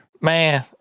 Man